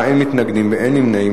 בעד, 7, אין מתנגדים ואין נמנעים.